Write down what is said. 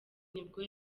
nibwo